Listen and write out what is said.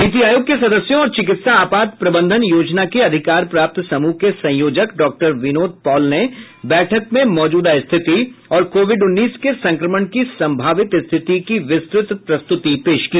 नीति आयोग के सदस्यों और चिकित्सा आपात प्रबंधन योजना के अधिकार प्राप्त समूह के संयोजक डॉक्टर विनोद पॉल ने बैठक में मौजूदा स्थिति और कोविड उन्नीस के संक्रमण की संभावित स्थिति की विस्तृत प्रस्तृति पेश की